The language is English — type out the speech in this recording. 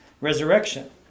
resurrection